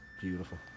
beautiful